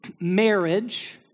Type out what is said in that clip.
marriage